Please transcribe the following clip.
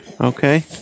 okay